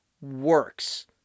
works